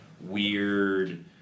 weird